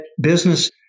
business